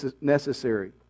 necessary